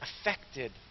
affected